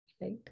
Right